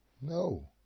No